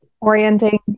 orienting